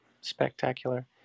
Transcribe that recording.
spectacular